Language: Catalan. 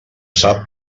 sap